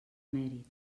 mèrit